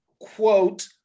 quote